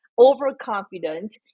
overconfident